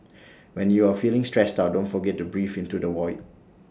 when you are feeling stressed out don't forget to breathe into the void